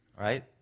Right